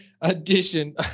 edition